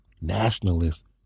nationalist